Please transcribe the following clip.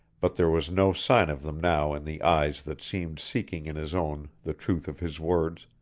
but there was no sign of them now in the eyes that seemed seeking in his own the truth of his words,